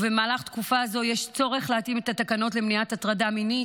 ובמהלך תקופה זו יש צורך להתאים את התקנות למניעת הטרדה מינית,